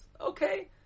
Okay